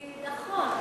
כי נכון,